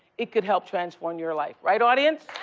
it could help transform your life, right, audience?